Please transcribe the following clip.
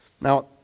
Now